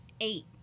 eight